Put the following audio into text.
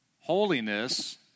holiness